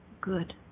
good